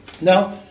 Now